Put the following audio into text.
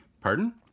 Pardon